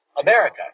America